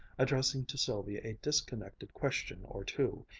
addressing to sylvia a disconnected question or two,